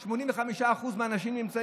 יש ניכור, ניכור מלא שלכם מנשים